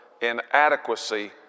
inadequacy